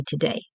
today